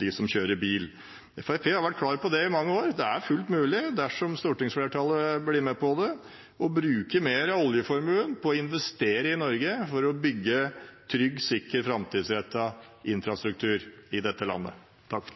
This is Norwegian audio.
dem som kjører bil. Fremskrittspartiet har vært klar på det i mange år, det er fullt mulig dersom stortingsflertallet blir med på det, å bruke mer av oljeformuen til å investere i Norge for å bygge trygg, sikker og framtidsrettet infrastruktur i dette landet.